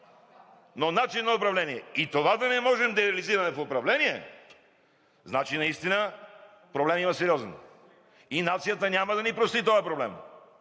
но начин на управление! И това да не можем да реализираме в управление – значи наистина има сериозен проблем и нацията няма да ни прости този проблем!